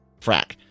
frack